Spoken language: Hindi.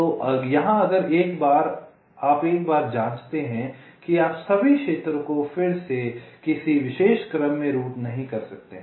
तो यहाँ अगर आप एक बार जाँचते हैं कि आप सभी क्षेत्रों को फिर से किसी विशेष क्रम में रूट नहीं कर सकते हैं